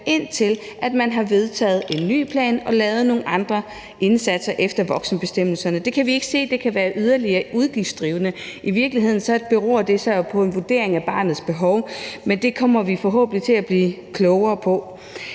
indtil man har vedtaget en ny plan og lavet nogle andre indsatser efter voksenbestemmelserne. Det kan vi ikke se kan være yderligere udgiftsdrivende. I virkeligheden beror det jo på en vurdering af barnets behov, men det kommer vi forhåbentlig til at blive klogere på.